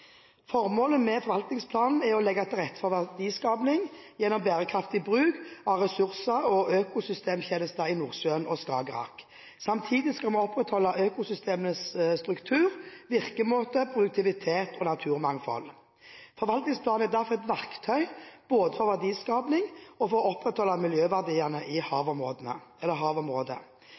Formålet med forvaltningsplanen er å legge til rette for verdiskaping gjennom bærekraftig bruk av ressurser og økosystemtjenester i Nordsjøen og Skagerrak. Samtidig skal vi opprettholde økosystemenes struktur, virkemåte, produktivitet og naturmangfold. Forvaltningsplanen er derfor et verktøy både for verdiskaping og for å opprettholde miljøverdiene i havområdet.